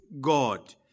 God